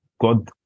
God